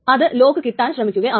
അത് ലോക്ക് കിട്ടാൻ ശ്രമിക്കുകയാണ്